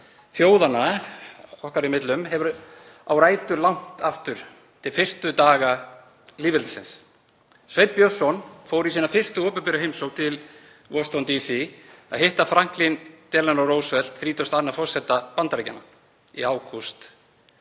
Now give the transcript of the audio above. þjóðanna, okkar í millum, á rætur langt aftur til fyrstu daga lýðveldisins. Sveinn Björnsson fór í sína fyrstu opinberu heimsókn til Washington DC að hitta Franklin Delano Roosevelt, 32. forseta Bandaríkjanna, í ágúst